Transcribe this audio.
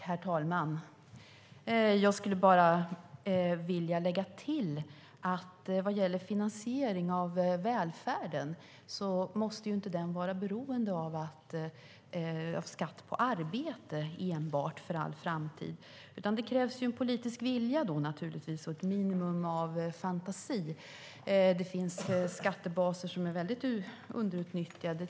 Herr talman! Jag skulle vilja tillägga att finansiering av välfärden inte måste vara beroende av enbart skatt på arbete för all framtid. I stället krävs det politisk vilja och ett minimum av fantasi. Det finns skattebaser som är underutnyttjade.